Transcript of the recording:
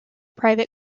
private